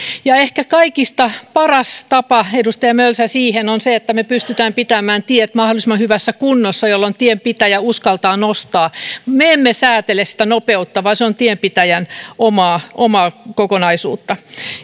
ja ehkä kaikista paras tapa edustaja mölsä siihen on se että me pystymme pitämään tiet mahdollisimman hyvässä kunnossa jolloin tienpitäjä uskaltaa rajoitusta nostaa me emme säätele sitä nopeutta vaan se on tienpitäjän omaa omaa kokonaisuutta